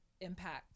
impact